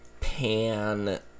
pan